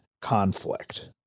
conflict